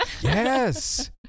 Yes